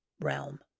realm